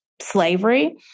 slavery